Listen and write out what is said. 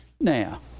Now